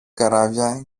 καράβια